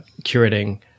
curating